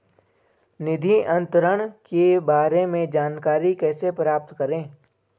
निधि अंतरण के बारे में जानकारी कैसे प्राप्त करें?